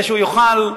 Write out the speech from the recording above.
שהוא יוכל,